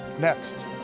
next